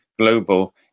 global